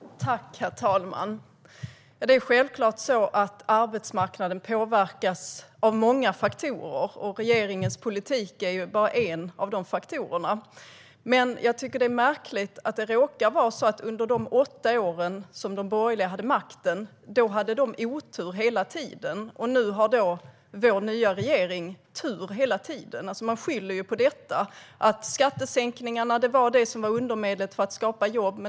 Herr talman! Det är självklart så att arbetsmarknaden påverkas av många faktorer. Regeringens politik är bara en av de faktorerna. Men det är märkligt att det råkar vara så att under de åtta år som de borgerliga hade makten hade de hela tiden otur, och nu har vår nya regering tur hela tiden. Man skyller på detta. Skattesänkningarna var undermedlet för att skapa jobb.